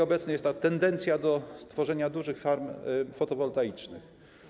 Obecnie jest tendencja do tworzenia dużych farm fotowoltaicznych.